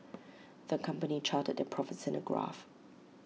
the company charted their profits in A graph